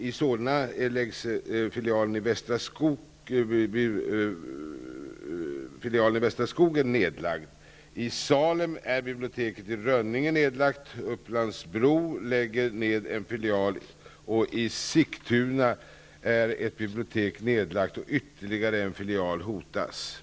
I Solna är filialen i Västra Skogen nedlagd. I Salem är biblioteket i Rönninge nedlagt. Upplands Bro lägger ned en filial, och i Sigtuna är ett bibliotek nedlagt och ytterligare en filial hotas.